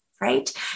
right